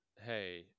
Hey